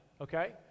Okay